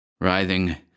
Writhing—